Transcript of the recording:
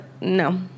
no